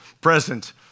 present